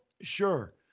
Sure